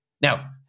Now